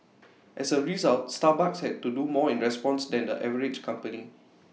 as A result Starbucks had to do more in response than the average company